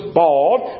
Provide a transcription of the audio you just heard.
bald